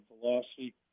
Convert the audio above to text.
velocity